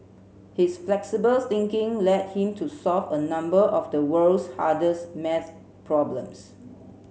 his flexible thinking led him to solve a number of the world's hardest math problems